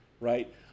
right